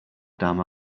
damned